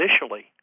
initially